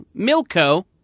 Milko